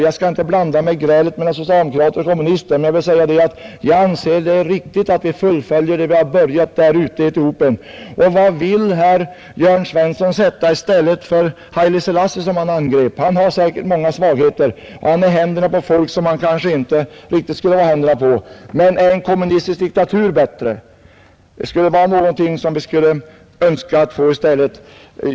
Jag skall inte blanda mig i grälet mellan socialdemokrater och kommunister, men jag anser det riktigt att vi fullföljer det vi har börjat med där ute i Etiopien. Och vad vill herr Jörn Svensson sätta i stället för Haile Selassie som han angrep? Haile Selassie har säkert många svagheter, han är i händerna på folk som han kanske inte borde ha att göra med. Men är en kommunistisk diktatur bättre? Skulle det vara någonting som vi borde önska att få i stället?